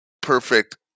perfect